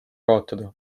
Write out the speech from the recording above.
kaotada